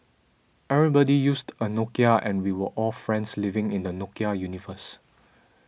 everybody used a Nokia and we were all friends living in the Nokia universe